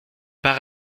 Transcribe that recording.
par